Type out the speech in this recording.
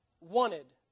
wanted